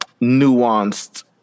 nuanced